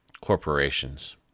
corporations